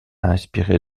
inspiré